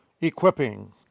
Equipping